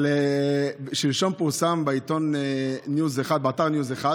אבל שלשום פורסם באתר News1